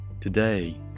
Today